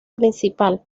principal